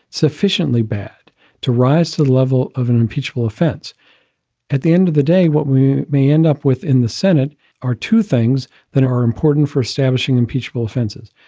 sufficiently bad to rise to the level of an impeachable offense at the end of the day, what we may end up with in the senate are two things that are important for establishing impeachable offenses.